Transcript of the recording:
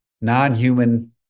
non-human